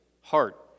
heart